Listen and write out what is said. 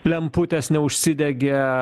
lemputės neužsidegė